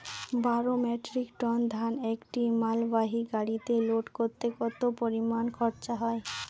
বারো metric ton ধান একটি মালবাহী গাড়িতে লোড করতে কতো পরিমাণ খরচা হয়?